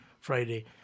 Friday